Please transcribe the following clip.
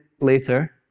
later